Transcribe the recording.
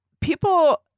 people-